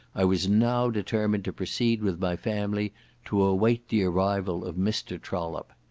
i was now determined to proceed with my family to await the arrival of mr. trollope.